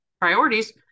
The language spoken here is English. priorities